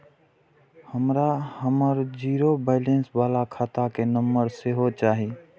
हमरा हमर zero balance बाला खाता के नम्बर सेहो चाही